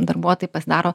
darbuotojai pasidaro